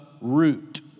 root